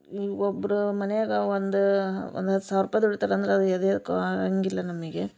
ಒಬ್ರು ಮನ್ಯಾಗ ಒಂದು ಒಂದು ಹತ್ತು ಸಾವ್ರ ರೂಪಾಯ್ ದುಡಿತಾರೆ ಅಂದ್ರ ಅದು ಎದ್ ಎದಕ್ಕೂ ಆಗಂಗಿಲ್ಲ ನಮಗೆ